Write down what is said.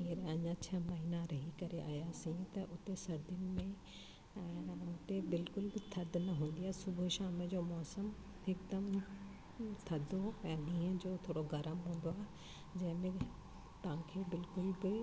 हीअंर अञा छह महीना रही करे आयासीं त हुते सर्दीनि में ऐं हुते बिल्कुल बि थदि न हूंदी आहे सुबुह शाम जो मौसम हिकदमि थदो ऐं ॾींहं जो थोरो गरम हूंदो आहे जै में तव्हांखे बिल्कुल